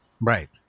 Right